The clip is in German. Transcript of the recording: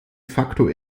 facto